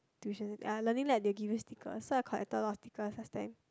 tuition centr~ ah Learning Lab they will give you stickers so I collected a lot of stickers last time